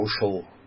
social